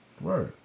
Right